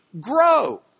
grow